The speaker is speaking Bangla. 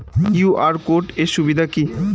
কিউ.আর কোড এর সুবিধা কি?